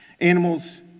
Animals